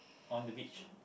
on the beach